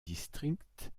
district